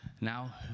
Now